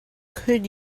could